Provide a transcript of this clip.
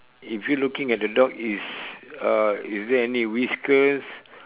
if you looking at the dog is uh is there any whiskers